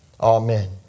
Amen